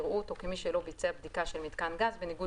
יראו אותו כמי שלא ביצע בדיקה של מיתקן גז בניגוד